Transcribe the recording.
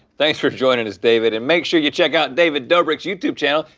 thanks for joining us, david, and make sure you check out david dobrik's youtube channel.